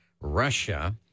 russia